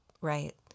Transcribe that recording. right